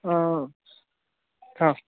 ಹಾಂ ಹಾಂ